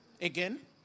again